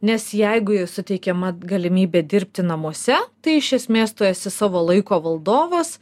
nes jeigu suteikiama galimybė dirbti namuose tai iš esmės tu esi savo laiko valdovas